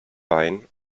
wein